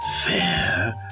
Fair